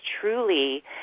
truly